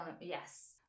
yes